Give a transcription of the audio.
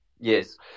Yes